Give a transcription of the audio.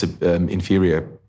inferior